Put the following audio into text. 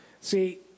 See